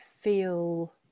feel